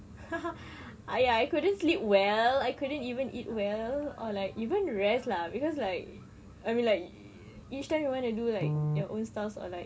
I I couldn't sleep well I couldn't even eat well or like even rest lah because like I mean like each time you want to do like your own stuff or like